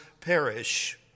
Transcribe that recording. perish